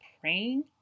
praying